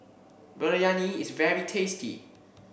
Biryani is very tasty